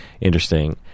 Interesting